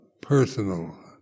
personal